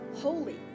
holy